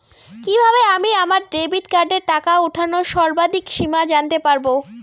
কিভাবে আমি আমার ডেবিট কার্ডের টাকা ওঠানোর সর্বাধিক সীমা জানতে পারব?